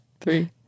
three